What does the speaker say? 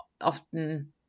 often